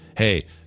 Hey